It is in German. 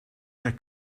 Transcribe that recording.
der